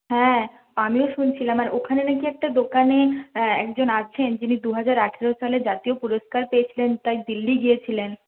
হ্যাঁ আমিও শুনছিলাম আর ওখানে নাকি একটা দোকানে একজন আছেন যিনি দু হাজার আঠেরো সালে জাতীয় পুরস্কার পেয়েছিলেন তাই দিল্লি গিয়েছিলেন